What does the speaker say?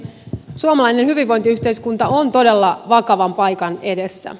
suomalainen hyvinvointiyhteiskunta on todella vakavan paikan edessä